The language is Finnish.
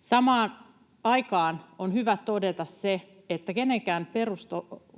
Samaan aikaan on hyvä todeta, että kenenkään perusoikeuksia